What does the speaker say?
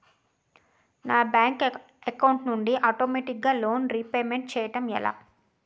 నా bank account నుండి ఆటోమేటిగ్గా లోన్ రీపేమెంట్ చేయడం ఎలా?